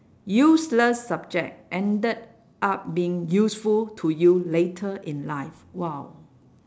useless subject ended up being useful to you later in life !wow!